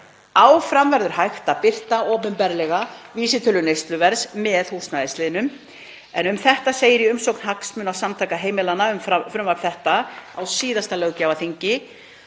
Áfram verður hægt að birta opinberlega vísitölu neysluverðs með húsnæðisliðnum. Um þetta segir í umsögn Hagsmunasamtaka heimilanna um frumvarp þetta á síðasta löggjafarþingi: